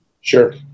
Sure